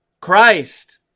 Christ